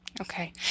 Okay